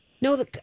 No